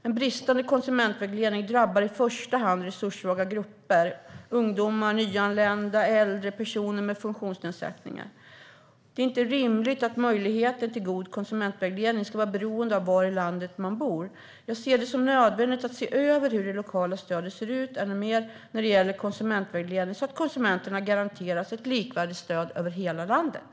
En bristande konsumentvägledning drabbar i första hand resurssvaga grupper - ungdomar, nyanlända, äldre och personer med funktionsnedsättningar. Det är inte rimligt att möjligheten till god konsumentvägledning ska vara beroende av var i landet man bor. Jag ser det som nödvändigt att ännu mer se över hur den lokala konsumentvägledningen ser ut så att konsumenterna garanteras ett likvärdigt stöd över hela landet.